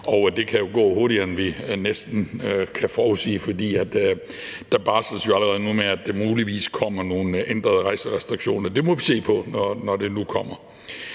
og det kan jo gå hurtigere, end vi næsten kan forudsige, for der barsles jo allerede nu med, at der muligvis kommer nogle ændrede rejserestriktioner. Det må vi se på, når det nu kommer.